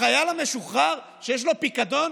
החייל המשוחרר שיש לו פיקדון,